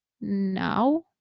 now